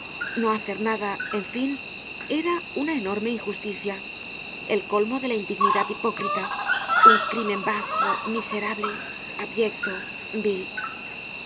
no hacer nada en fin era una enorme injusticia el colmo de la indignidad hipócrita un crimen bajo miserable abyecto vil